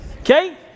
Okay